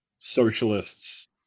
socialists